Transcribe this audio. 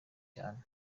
cyane